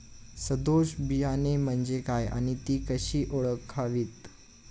सदोष बियाणे म्हणजे काय आणि ती कशी ओळखावीत?